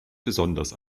besonders